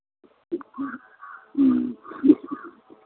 ह्म्म